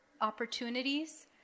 opportunities